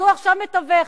אז הוא עכשיו מתווך.